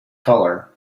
color